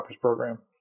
program